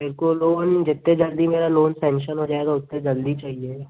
मेरे को लोन जितने मेरा लोन जल्दी सेंशन हो जाएगा उत्ते जल्दी चाहिए